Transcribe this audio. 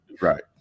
Right